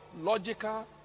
logical